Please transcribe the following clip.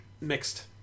mixed